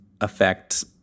affect